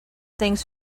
things